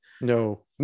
No